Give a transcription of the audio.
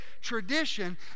tradition